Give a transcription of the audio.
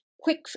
quick